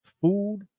food